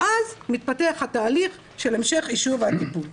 ואז מתפתח התהליך של המשך אישור והטיפול.